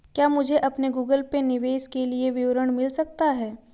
क्या मुझे अपने गूगल पे निवेश के लिए विवरण मिल सकता है?